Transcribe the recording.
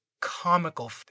comical